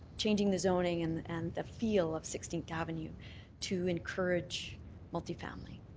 changing the zoning and and the feel of sixteenth avenue to encourage multi-family.